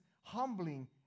humbling